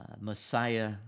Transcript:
Messiah